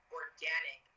organic